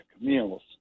meals